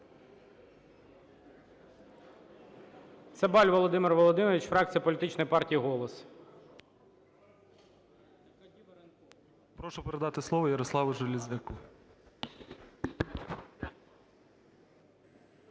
Прошу передати слово Ярославу Железняку.